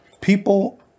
People